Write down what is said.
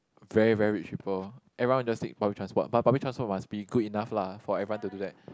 very very rich people everyone will just take public transport but public transport must be good enough lah for everyone to do that